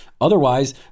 Otherwise